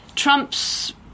Trump's